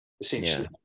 essentially